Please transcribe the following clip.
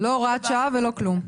לא הוראת שעה ולא כלום.